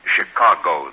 Chicago